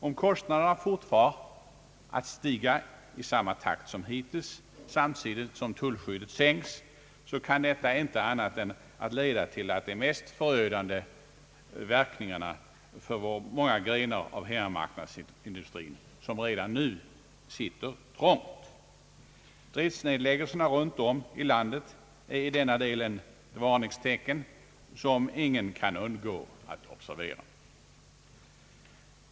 Om kostnaderna fortfar att stiga i samma takt som hittills, samtidigt som tullskyddet sänks, kan detta inte annat än leda till förödande verkningar för många grenar av hemmamarknadsindustrin som redan nu sitter trångt. Driftsnedläggelserna runtom i landet är ett varningstecken som ingen kan undgå att observera.